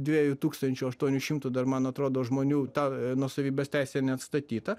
dviejų tūkstančių aštuonių šimtų dar man atrodo žmonių ta nuosavybės teisė neatstatyta